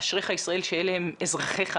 אשריך ישראל שאלה הם אזרחיך,